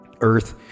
Earth